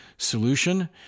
solution